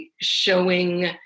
showing